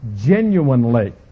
genuinely